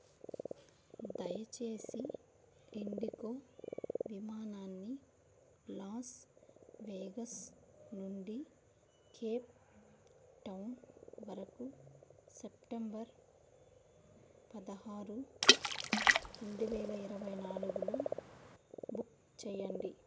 దయచేసి ఇండిగో విమానాన్ని Las Vegas నుండి కేప్టౌన్ వరకు సెప్టెంబర్ పదహారు రెండు వేల ఇరవై నాలుగులో బుక్ చెయ్యండి